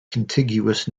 contiguous